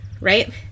right